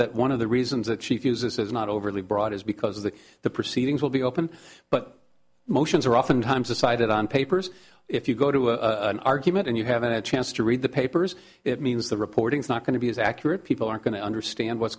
that one of the reasons that she feels this is not overly broad is because of the the proceedings will be open but motions are oftentimes decided on papers if you go to a argument and you haven't had a chance to read the papers it means the reporting is not going to be as accurate people are going to understand what's